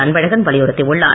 அன்பழகன் வலியுறுத்தி உள்ளார்